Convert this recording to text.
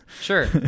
Sure